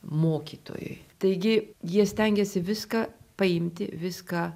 mokytojui taigi jie stengiasi viską paimti viską